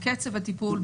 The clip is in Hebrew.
בקצב הטיפול,